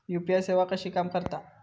UPI सेवा कशी काम करता?